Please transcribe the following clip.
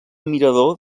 mirador